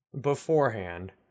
beforehand